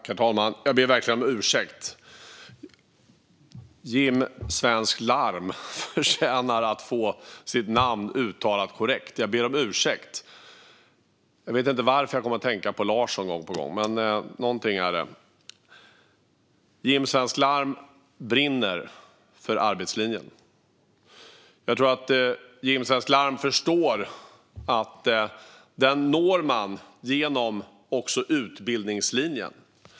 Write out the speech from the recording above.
Herr talman! Jag ber verkligen om ursäkt. Jim Svensk Larm förtjänar att jag benämner honom med rätt namn. Jag vet inte varför jag säger Larsson gång på gång. Men någonting är det. Jim Svensk Larm brinner för arbetslinjen. Jag tror att han förstår att man når den också genom utbildningslinjen.